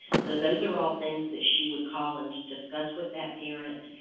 so those are all things that she would call and discuss with that parent.